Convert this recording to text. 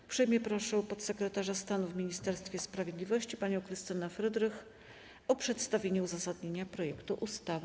Uprzejmie proszę podsekretarza stanu w Ministerstwie Sprawiedliwości panią Katarzynę Frydrych o przedstawienie uzasadnienia projektu ustawy.